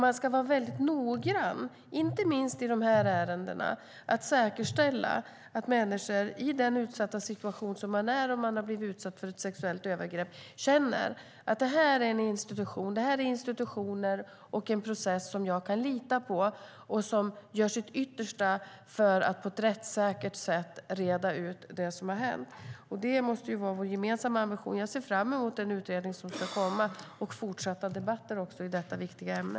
Man ska vara mycket noggrann, inte minst i dessa ärenden, att säkerställa att människor i den utsatta situation som de befinner sig i om de har blivit utsatta för sexuella övergrepp känner att detta är institutioner och en process som de kan lita på och som gör sitt yttersta för att på ett rättssäkert sätt reda ut det som har hänt. Det måste vara vår gemensamma ambition. Jag ser fram emot den utredning som ska komma och fortsatta debatter i detta viktiga ämne.